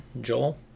joel